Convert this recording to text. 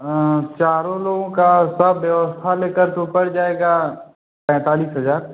हाँ चारों लोगों का सब व्यवस्था लेकर तो पड़ जाएगा पैंतालीस हज़ार